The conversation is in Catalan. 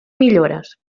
millores